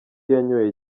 yanyoye